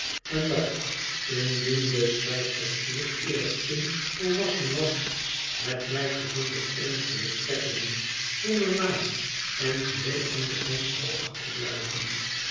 en dat indien de schrijfster stierf eer het kind volwassen was het meisje zonder eenige betrekkingen zonder naam en geheel onbekend zou achterblijven